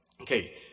Okay